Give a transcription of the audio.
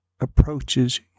approaches